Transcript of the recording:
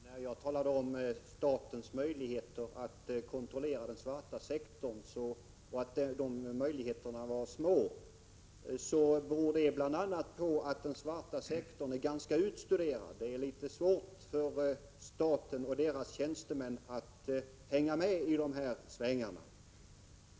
Herr talman! Jag talade om statens möjligheter att kontrollera den svarta sektorn och sade att de möjligheterna var små. Att det förhåller sig så beror på att den svarta sektorn är ganska utstuderad. Det är svårt för staten och dess tjänstemän att hänga med i svängarna.